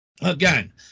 Again